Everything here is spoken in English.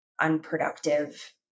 unproductive